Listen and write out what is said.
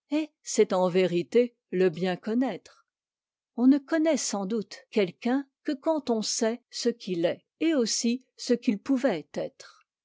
c'est en vérité le bien connaître on ne connaît sans doute quelqu'un que quand on sait ce qu'il est et aussi ce qu'il pouvait être